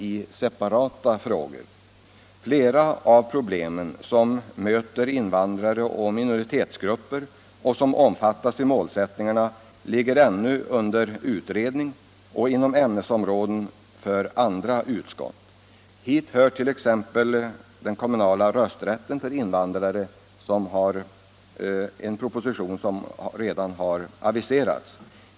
Flera av de problem som möter invandrare och minoritetsgrupper och som omfattas av målsättningarna är ännu under utredning och ligger inom andra utskotts ämnesområden. Hit hör t.ex. den kommunala rösträtten för invandrare — en proposition som redan har aviserats.